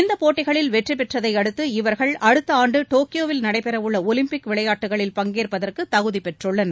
இந்த போட்டிகளில் வெற்றி பெற்றதையடுத்து இவர்கள் அடுத்த ஆண்டு டோக்கியோவில் நடைபெறவுள்ள ஒலிம்பிக் விளையாட்டுக்களில் பங்கேற்பதற்கு தகுதி பெற்றுள்ளனர்